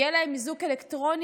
יהיה להם איזוק אלקטרוני,